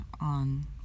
on